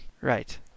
Right